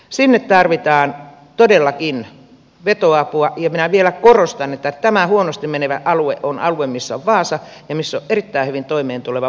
sinne tarvitaan todellakin vetoapua ja minä vielä korostan että tämä huonosti menevä alue on alue missä on vaasa ja missä on erittäin hyvin toimeentuleva mustasaari ympärillä